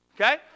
okay